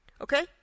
okay